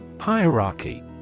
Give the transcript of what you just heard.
Hierarchy